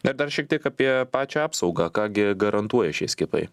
na ir dar šiek tiek apie pačią apsaugą ką gi garantuoja šie skiepai